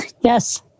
Yes